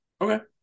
Okay